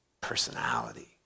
personality